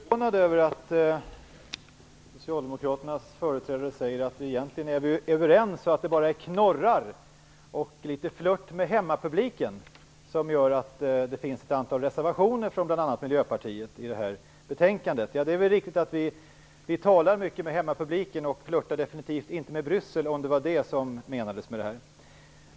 Herr talman! Jag är litet förvånad över att socialdemokraternas företrädare säger att vi egentligen är överens och att det bara är knorrar och litet flirtande med hemmapubliken som gör att det finns ett antal reservationer från bl.a. Miljöpartiet i betänkandet. Det är riktigt att vi talar mycket med hemmapubliken, och vi flirtar definitivt inte med Bryssel, om det var det som åsyftades.